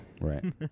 Right